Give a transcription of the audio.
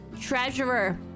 Treasurer